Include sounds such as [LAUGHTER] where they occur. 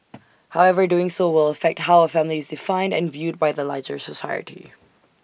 [NOISE] however doing so will affect how A family is defined and viewed by the larger society